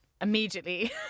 immediately